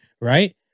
Right